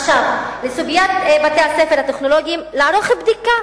לסוגיית בתי-הספר הטכנולוגיים: לערוך בדיקה